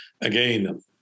Again